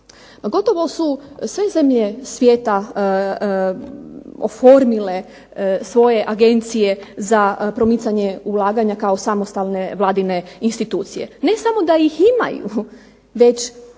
gotovo su sve zemlje svijeta oformile svoje agencije za promicanje ulaganja kao samostalne Vladine institucije. Ne samo da ih imaju, već